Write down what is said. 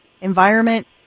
environment